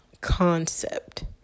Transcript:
concept